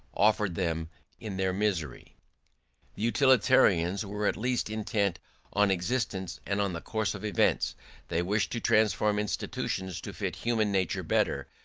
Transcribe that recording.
offered them in their misery. the utilitarians were at least intent on existence and on the course of events they wished to transform institutions to fit human nature better,